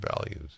values